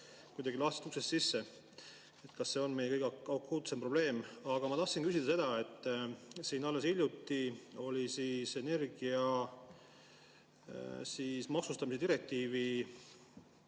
kuidagi lahtisest uksest sisse – kas see on just meie kõige akuutsem probleem? Aga ma tahtsin küsida seda, et siin alles hiljuti olid energia maksustamise direktiivi